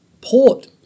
Port